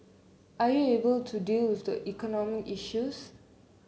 are you able to deal with the economic issues